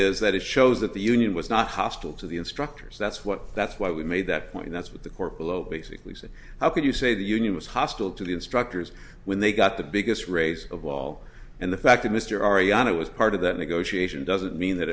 is that it shows that the union was not hostile to the instructors that's what that's why we made that point and that's what the court below basically said how can you say the union was hostile to the instructors when they got the biggest race of all and the fact that mr ariana was part of that negotiation doesn't mean that